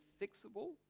fixable